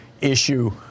issue